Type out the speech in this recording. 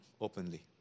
openly